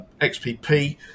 xpp